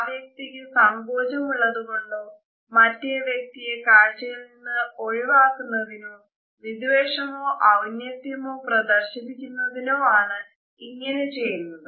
ആ വ്യക്തിക്ക് സങ്കോചം ഉള്ളത് കൊണ്ടോ മറ്റേ വ്യക്തിയെ കാഴ്ചയിൽ നിന്ന് ഒഴിവാക്കുന്നതിനോ വിദ്വേഷമോ ഔന്നത്യമോ പ്രദർശിപ്പിക്കുന്നതിനോ ആണ് ഇങ്ങനെ ചെയ്യുന്നത്